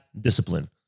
discipline